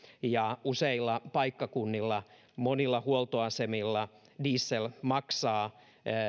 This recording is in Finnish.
ja useilla paikkakunnilla monilla huoltoasemilla diesel maksaa